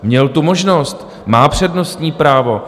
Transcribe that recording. Měl tu možnost, má přednostní právo.